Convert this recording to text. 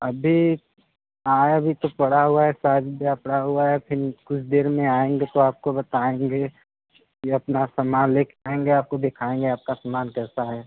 अभी आया भी तो पड़ा हुआ है शायद या पड़ा हुआ है फिर कुछ देर में आएंगे तो आपको बताएंगे कि अपना सामान लेकर आएंगे आपको दिखाएंगे आपका सामान कैसा है